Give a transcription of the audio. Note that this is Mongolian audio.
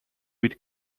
үед